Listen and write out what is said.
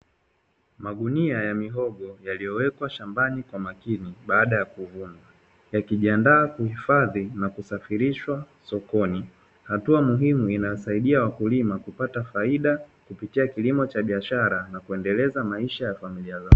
Magunia ya mihogo yaliyowekwa shambani kwa makini baada ya kuvunwa yakijiandaa kuhifadhi na kusafirishwa sokoni. Hatua muhimu inawasaidia wakulima kupata faida kupitia kilimo cha biashara na kuendeleza maisha ya familia zao.